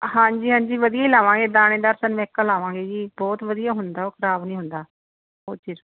ਹਾਂਜੀ ਹਾਂਜੀ ਵਧੀਆ ਹੀ ਲਵਾਂਗੇ ਦਾਣੇਦਾਰ ਸਰਮੈਕਾ ਲਾਵਾਂਗੇ ਜੀ ਬਹੁਤ ਵਧੀਆ ਹੁੰਦਾ ਉਹ ਖ਼ਰਾਬ ਨਹੀਂ ਹੁੰਦਾ ਉਹ ਚਿਰ